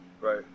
Right